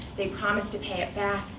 they promise to pay it back.